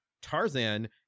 Tarzan